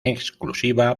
exclusiva